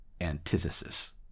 antithesis